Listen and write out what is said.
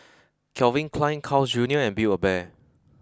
Calvin Klein Carl's Junior and Build A Bear